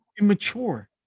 immature